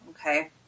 okay